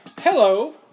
Hello